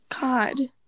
God